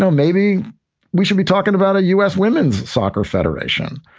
so maybe we should be talking about a u s. women's soccer federation.